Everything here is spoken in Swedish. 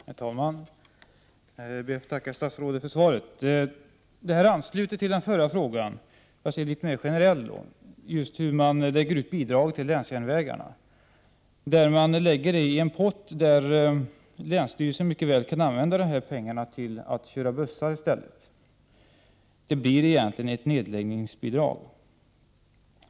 Herr talman! Jag ber att få tacka statsrådet för svaret, som ansluter till den förra frågan. Det här gäller emellertid litet mera generellt: hur man lägger ut bidrag till länsjärnvägarna. Det hela läggs i en pott, där länsstyrelsen mycket väl kan använda pengarna för busstrafik i stället. Det blir i praktiken egentligen ett nedläggningsbidrag.